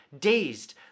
dazed